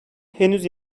henüz